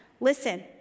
Listen